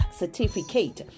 certificate